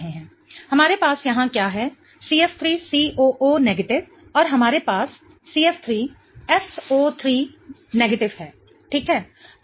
हमारे पास यहाँ क्या है CF3COO और हमारे पास CF3SO3 है ठीक है